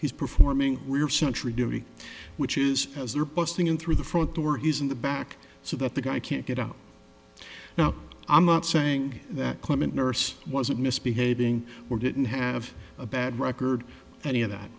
he's performing we're sentry duty which is as they're busting in through the front door he's in the back so that the guy can't get out now i'm not saying that clement nurse wasn't misbehaving or didn't have a bad record any of that